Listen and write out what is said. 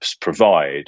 provide